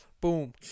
Boom